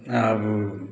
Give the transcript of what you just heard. आब